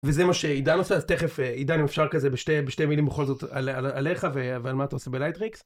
וזה מה שעידן עושה, אז תכף עידן אם אפשר כזה בשתי מילים בכל זאת עליך ועל מה אתה עושה בלייטריקס.